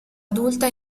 adulta